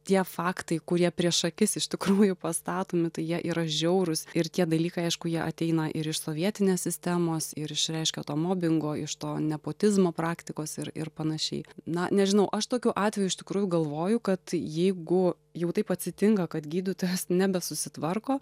tie faktai kurie prieš akis iš tikrųjų pastatomi tai jie yra žiaurūs ir tie dalykai aišku jie ateina ir iš sovietinės sistemos ir iš reiškia to mobingo iš to nepotizmo praktikos ir ir panašiai na nežinau aš tokiu atveju iš tikrųjų galvoju kad jeigu jau taip atsitinka kad gydytojas nebesusitvarko